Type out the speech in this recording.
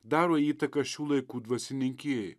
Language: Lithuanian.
daro įtaką šių laikų dvasininkijai